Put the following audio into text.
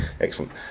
Excellent